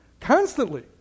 Constantly